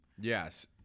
Yes